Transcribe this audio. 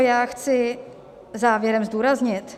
Co chci závěrem zdůraznit?